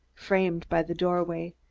framed by the doorway,